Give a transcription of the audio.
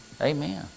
Amen